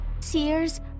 Tears